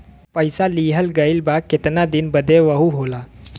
पइसा लिहल गइल बा केतना दिन बदे वहू होला